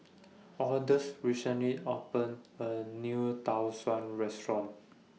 Odus recently opened A New Tau Suan Restaurant